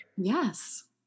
yes